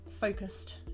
focused